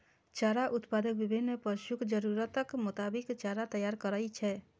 चारा उत्पादक विभिन्न पशुक जरूरतक मोताबिक चारा तैयार करै छै